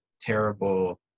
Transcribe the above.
terrible